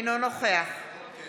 אינו נוכח דסטה